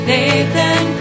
Nathan